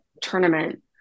tournament